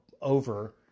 over